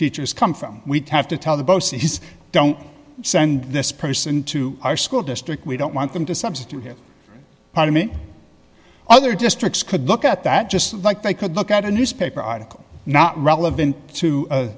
teachers come from we have to tell the boss and he's don't send this person to our school district we don't want them to substitute here pardon me other districts could look at that just like they could look at a newspaper article not relevant to